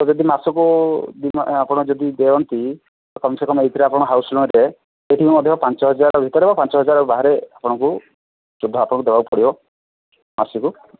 ତ ଯଦି ମାସକୁ ଦି ଆପଣ ଯଦି ଦିଅନ୍ତି କମସେ କମ ଏଇଥିରେ ଆପଣ ହାଉସ୍ ଲୋନ୍ରେ ଏଠି କ'ଣ ଅଧିକା ପାଞ୍ଚ ହଜାର ଭିତରେ ବା ପାଞ୍ଚ ହଜାର ବାହାରେ ଆପଣଙ୍କୁ ସୁଧ ଆପଣଙ୍କୁ ଦେବାକୁ ପଡ଼ିବ ମାସକୁ